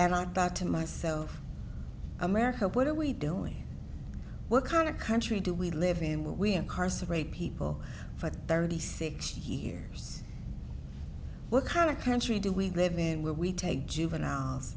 and i thought to myself america what are we doing what kind of country do we live in we incarcerate people for thirty six years what kind of country do we live in where we take juveniles